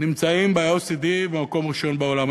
נמצאים ב-OECD במקום ראשון בעולם.